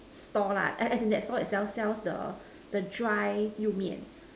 store lah as in that store itself sell the dry you main